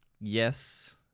yes